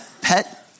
pet